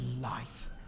life